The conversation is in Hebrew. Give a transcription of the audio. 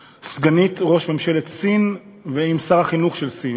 סגנית ראש ממשלת סין ועם שר החינוך של סין.